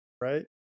right